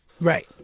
Right